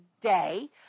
day